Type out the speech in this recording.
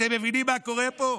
אתם מבינים מה קורה פה?